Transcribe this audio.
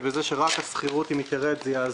בזה שדי בהורדת דמי השכירות כדי לעזור.